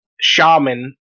shaman